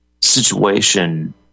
situation